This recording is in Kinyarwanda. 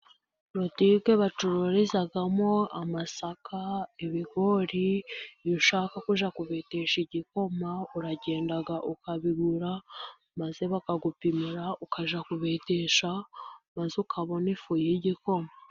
Butike bacururizamo amasaka ibigori, iyo ushaka kujya kubetesha igikoma uragenda ukabigura maze bakagupimira, ukajya kubetesha maze ukabona ifu y'igikoma.